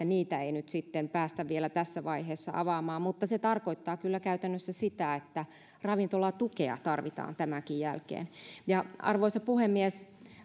niitä ei nyt päästä vielä tässä vaiheessa avaamaan mutta se tarkoittaa kyllä käytännössä sitä että ravintolatukea tarvitaan tämänkin jälkeen arvoisa puhemies